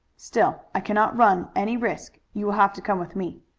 still i cannot run any risk. you will have to come with me.